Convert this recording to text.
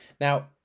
Now